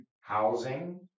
housing